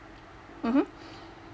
mmhmm